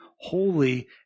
holy